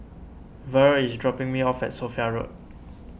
Verle is dropping me off at Sophia Road